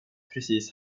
precis